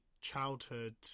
childhood